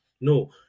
No